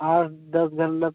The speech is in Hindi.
आठ दस का मतलब